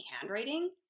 handwriting